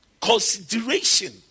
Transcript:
Consideration